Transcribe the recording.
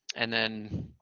and then